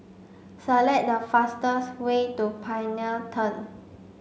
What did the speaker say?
select the fastest way to Pioneer Turn